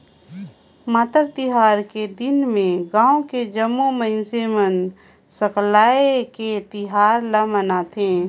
मातर तिहार के दिन में गाँव के जम्मो मइनसे मन सकलाये के तिहार ल मनाथे